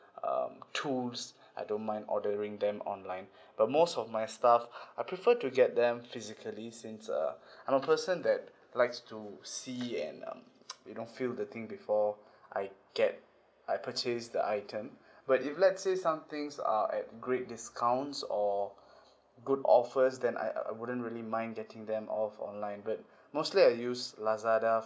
um tools I don't mind ordering them online but most of my stuff I prefer to get them physically since uh I'm a person that likes to see and um you know feel the thing before I get I purchase the item but if let's say some things are at great discounts or good offers then I I wouldn't really mind getting them off online but mostly I use Lazada